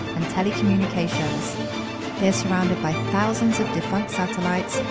and telecommunications. they are surrounded by thousands of defunct satellites,